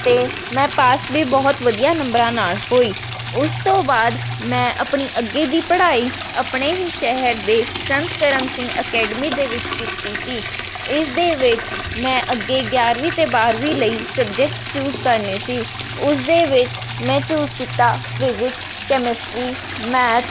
ਅਤੇ ਮੈਂ ਪਾਸ ਵੀ ਬਹੁਤ ਵਧੀਆ ਨੰਬਰਾਂ ਨਾਲ ਹੋਈ ਉਸ ਤੋਂ ਬਾਅਦ ਮੈਂ ਆਪਣੀ ਅੱਗੇ ਦੀ ਪੜ੍ਹਾਈ ਆਪਣੇ ਹੀ ਸ਼ਹਿਰ ਦੇ ਸੰਤ ਕਰਮ ਸਿੰਘ ਅਕੈਡਮੀ ਦੇ ਵਿੱਚ ਕੀਤੀ ਸੀ ਇਸ ਦੇ ਵਿੱਚ ਮੈਂ ਅੱਗੇ ਗਿਆਰਵੀਂ ਅਤੇ ਬਾਰ੍ਹਵੀਂ ਲਈ ਸਬਜੇਕਟ ਚੂਜ਼ ਕਰਨੇ ਸੀ ਉਸ ਦੇ ਵਿੱਚ ਮੈਂ ਚੂਜ਼ ਕੀਤਾ ਫਿਜਿਕਸ ਕੇਮਿਸਟਰੀ ਮੈਥ